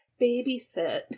babysit